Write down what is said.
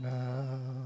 now